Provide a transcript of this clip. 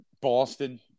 Boston